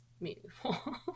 meaningful